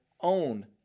own